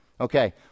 Okay